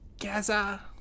Gaza